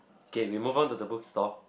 K we move on to the book store